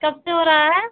कब से हो रहा है